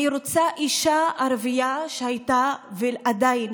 אני רוצה אישה ערבייה שהייתה ועדיין